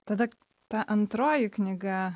tada ta antroji knyga